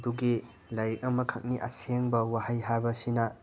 ꯑꯗꯨꯒꯤ ꯂꯥꯏꯔꯤꯛ ꯑꯃꯈꯛꯅꯤ ꯑꯁꯦꯡꯕ ꯋꯥꯍꯩ ꯍꯥꯏꯕꯁꯤꯅ